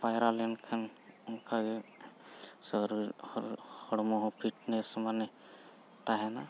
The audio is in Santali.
ᱯᱟᱭᱨᱟ ᱞᱮᱱᱠᱷᱟᱱ ᱚᱱᱠᱟ ᱜᱮ ᱥᱚᱨᱤᱨ ᱦᱚᱲᱢᱚ ᱦᱚᱸ ᱯᱷᱤᱴᱱᱮᱥ ᱢᱟᱱᱮ ᱛᱟᱦᱮᱱᱟ